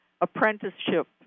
apprenticeship